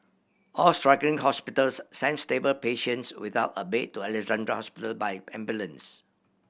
all struggling hospitals sent stable patients without a bed to Alexandra Hospital by ambulance